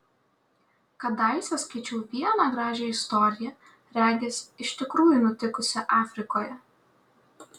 kadaise skaičiau vieną gražią istoriją regis iš tikrųjų nutikusią afrikoje